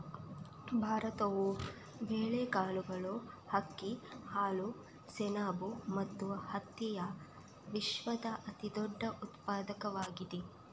ಭಾರತವು ಬೇಳೆಕಾಳುಗಳು, ಅಕ್ಕಿ, ಹಾಲು, ಸೆಣಬು ಮತ್ತು ಹತ್ತಿಯ ವಿಶ್ವದ ಅತಿದೊಡ್ಡ ಉತ್ಪಾದಕವಾಗಿದೆ